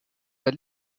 der